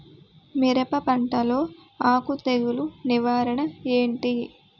మిరప పంటలో ఆకు తెగులు నివారణ ఏంటి?